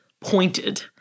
pointed